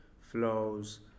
flows